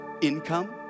income